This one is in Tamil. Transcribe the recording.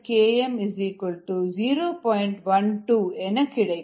12 என கிடைக்கும்